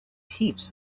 heaps